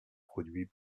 produit